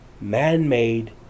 man-made